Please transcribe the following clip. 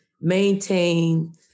maintain